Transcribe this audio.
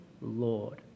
Lord